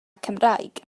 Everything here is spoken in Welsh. cymraeg